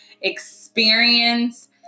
experience